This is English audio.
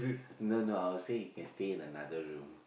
no no I will say you can stay in another room